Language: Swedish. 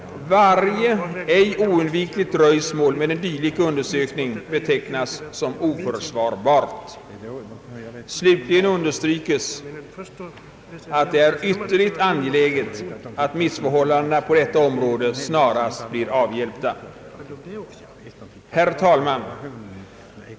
Varje ej oundvikligt dröjsmål med en dylik undersökning betecknas som oförsvarbart. Slutligen understrykes att det är ytterligt angeläget att missförhållandena på detta område snarast blir avhjälpta. Herr talman!